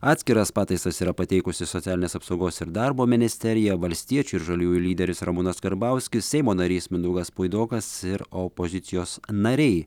atskiras pataisas yra pateikusi socialinės apsaugos ir darbo ministerija valstiečių ir žaliųjų lyderis ramūnas karbauskis seimo narys mindaugas puidokas ir opozicijos nariai